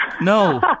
No